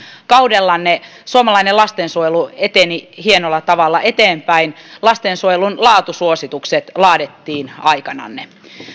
kaudellanne suomalainen lastensuojelu eteni hienolla tavalla eteenpäin lastensuojelun laatusuositukset laadittiin aikananne